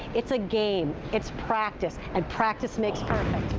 it's a game. it's practice, and practice makes perfect.